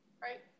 right